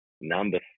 Number